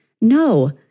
No